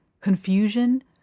confusion